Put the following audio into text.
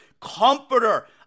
comforter